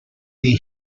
dei